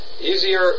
easier